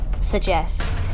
suggest